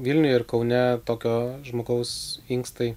vilniuje ir kaune tokio žmogaus inkstai